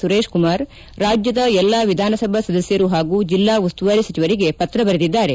ಸುರೇಶ್ ಕುಮಾರ್ ರಾಜ್ಯದ ಎಲ್ಲಾ ವಿಧಾನಸಭಾ ಸದಸ್ಕರು ಹಾಗೂ ಜಿಲ್ಲಾ ಉಸ್ತುವಾರಿ ಸಚಿವರಿಗೆ ಪತ್ರ ಬರೆದ್ದಾರೆ